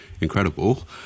incredible